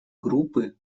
группы